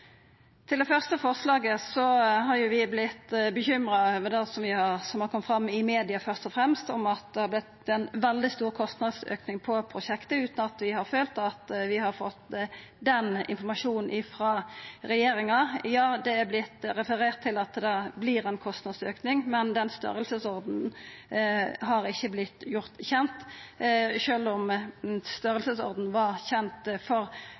Til det første forslaget har vi vorte bekymra over det som har kome fram, først og fremst i media, om at det har vorte ein veldig store kostnadsauke på prosjektet, utan at vi har følt at vi har fått den informasjonen frå regjeringa. Ja, det er vorte referert til at det vert ein kostnadsauke, men den størrelsesordenen har ikkje vorte gjord kjend, sjølv om størrelsesordenen var kjend for